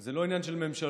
זה לא עניין של ממשלות.